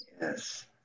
Yes